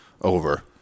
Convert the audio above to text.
Over